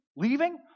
Leaving